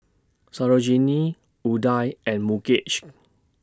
Sarojini Udai and Mukesh